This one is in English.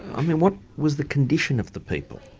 um and what was the condition of the people?